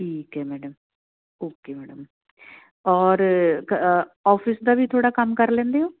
ਠੀਕ ਹੈ madam okay madam ਔਰ ਆਫਿਸ ਦਾ ਵੀ ਥੋੜ੍ਹਾ ਕੰਮ ਕਰ ਲੈਂਦੇ ਹੋ